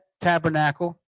tabernacle